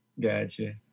Gotcha